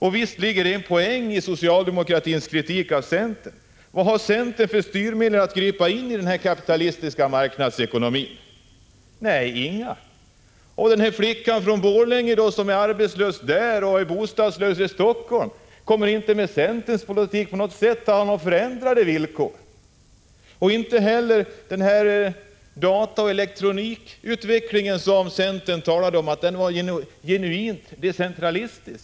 Visst ligger det en poäng i socialdemokratins kritik av centern. Vad har centern för styrmedel för att gripa in i denna kapitalistiska marknadsekonomi? Inga. Och flickan från Borlänge som är arbetslös hemma och bostadslös i Helsingfors kommer med centerns förslag inte att få förändrade villkor. Centern talar om dataoch elektronikutvecklingen som genuint decentralistisk.